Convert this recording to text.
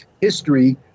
history